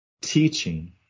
teaching